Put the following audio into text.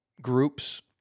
groups